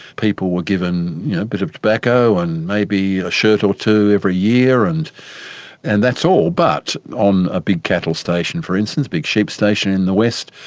people were given a bit of tobacco and maybe a shirt or two every year and and that's all. but on a big cattle station, for instance, a big sheep station in the west,